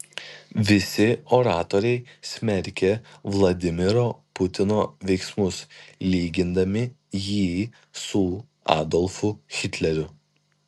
visi oratoriai smerkė vladimiro putino veiksmus lygindami jį su adolfu hitleriu